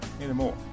anymore